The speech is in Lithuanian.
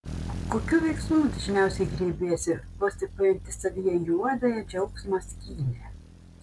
kokių veiksmų dažniausiai griebiesi vos tik pajunti savyje juodąją džiaugsmo skylę